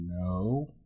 no